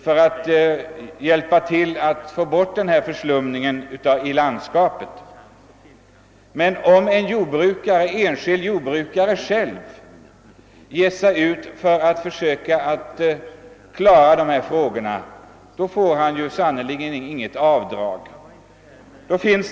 Ja, men denna avdragsrätt får endast utnyttjas om man anställer en person för att göra arbetet. En enskild jordbrukare som själv ger sig ut för att försöka klara en sådan uppgift får sannerligen inte göra något avdrag.